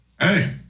hey